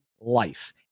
life